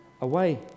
away